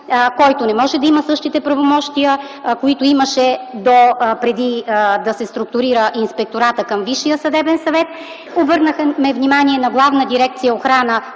който не може да има същите правомощия, които имаше допреди да се структурира Инспекторатът към Висшия съдебен съвет. Обърнахме внимание на Главна дирекция „Охрана”,